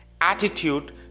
attitude